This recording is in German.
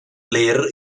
lehrer